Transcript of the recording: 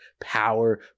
power